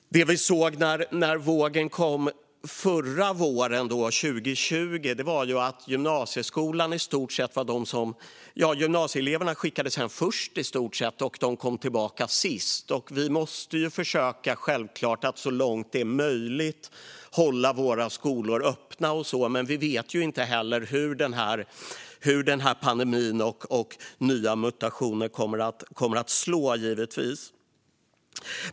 Det vi såg när vågen kom förra våren, 2020, var att gymnasieeleverna i stort sett var de som skickades hem först och kom tillbaka sist. Vi måste självklart försöka att så långt det är möjligt hålla våra skolor öppna, men vi vet givetvis inte hur pandemin och de nya mutationerna kommer att slå.